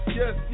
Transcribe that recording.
yes